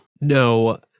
No